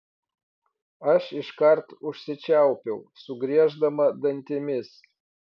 aš iškart užsičiaupiau sugrieždama dantimis